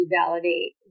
validate